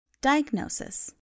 Diagnosis